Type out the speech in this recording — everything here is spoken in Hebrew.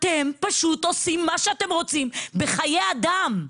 אתם פשוט עושים מה שאתם רוצים, בחיי אדם.